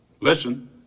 listen